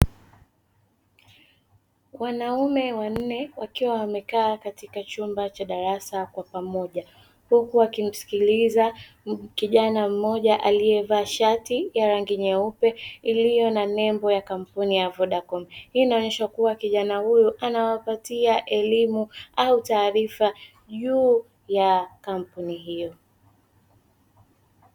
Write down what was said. Wanaume wanne wakiwa wamekaa katia chumba cha darasa kwa pamoja, huku wakimsikiliza kijana mmoja aliyevaa shati ya rangi nyeupe, iliyo na nembo ya kampuni ya "Vodacom". Hii inaonesha kuwa kijana huyu anawapatia elimu au taarifa juu ya kampuni hiyo.